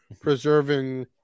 preserving